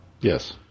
Yes